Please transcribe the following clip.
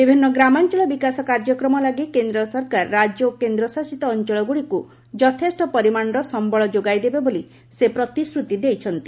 ବିଭିନ୍ନ ଗ୍ରାମାଞ୍ଚଳ ବିକାଶ କାର୍ଯ୍ୟକ୍ରମ ଲାଗି କେନ୍ଦ୍ର ସରକାର ରାଜ୍ୟ ଓ କେନ୍ଦ୍ରଶାସିତ ଅଞ୍ଚଳ ଗୁଡ଼ିକୁ ଯଥେଷ୍ଟ ପରିମାଣର ସମ୍ଭଳ ଯୋଗାଇଦେବ ବୋଲି ସେ ପ୍ରତିଶ୍ରତି ଦେଇଛନ୍ତି